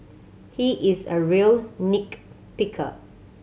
he is a real nick picker